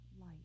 light